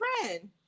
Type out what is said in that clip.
friend